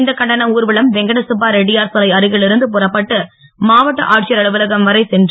இந்த கண்டன ஊர்வலம் வெங்கடசுப்பா ரெட்டியார் சிலை அருகில் இருந்து புறப்பட்டு மாவட்ட ஆட்சியர் அலுவலகம் வரை சென்று